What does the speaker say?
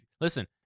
Listen